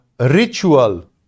Ritual